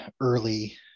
early